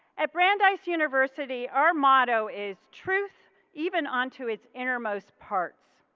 at brandeis university our motto is truth even unto its innermost parts.